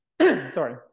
sorry